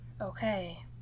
Okay